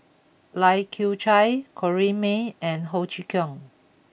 Lai Kew Chai Corrinne May and Ho Chee Kong